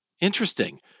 Interesting